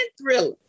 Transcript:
Thriller